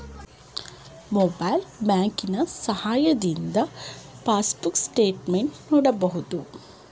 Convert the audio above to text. mobile ಬ್ಯಾಂಕಿನ ಸಹಾಯದಿಂದ passbook statement ನೋಡಬಹುದು